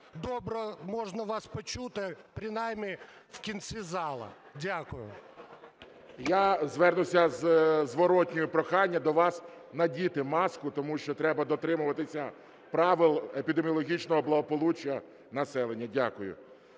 добре можна вас почути, принаймні в кінці залу. Дякую. ГОЛОВУЮЧИЙ. Я звернуся зі зворотнім проханням до вас надіти маску, тому що треба дотримуватися правил епідеміологічного благополуччя населення. Дякую.